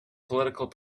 political